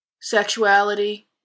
Sexuality